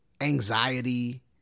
anxiety